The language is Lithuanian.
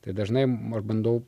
tai dažnai aš bandau